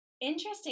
interesting